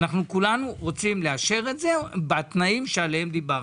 אנחנו כולנו רוצים לאשר את זה בתנאים שעליהם דיברנו.